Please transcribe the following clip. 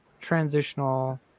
transitional